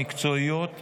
המקצועיות והמבצעיות,